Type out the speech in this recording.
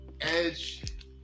Edge